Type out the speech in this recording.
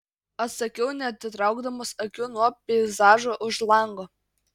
atsakiau neatitraukdamas akių nuo peizažo už lango